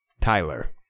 Tyler